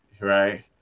right